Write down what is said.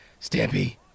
Stampy